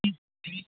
ठीक